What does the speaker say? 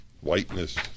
whiteness